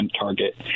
target